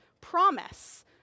promise